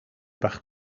bach